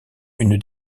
une